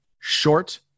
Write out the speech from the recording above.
short